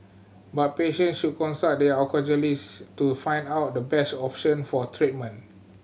but patients should consult their oncologist to find out the best option for treatment